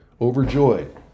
overjoyed